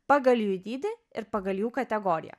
pagal jų dydį ir pagal jų kategoriją